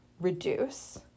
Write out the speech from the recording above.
reduce